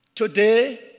Today